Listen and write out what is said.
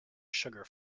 sugar